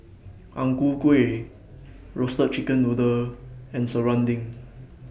Ang Ku Kueh Roasted Chicken Noodle and Serunding